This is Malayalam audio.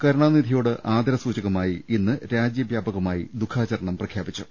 കരുണാനിധിയോട് ആദരസൂചകമായി ഇന്ന് രാജ്യവൃാപകമായി ദുഃഖാ ചരണം പ്രഖ്യാപിച്ചു